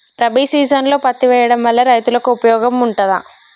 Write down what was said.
రబీ సీజన్లో పత్తి వేయడం వల్ల రైతులకు ఉపయోగం ఉంటదా?